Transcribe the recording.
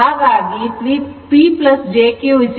ಹಾಗಾಗಿ PjQ voltage current conjugate ಆಗಿದೆ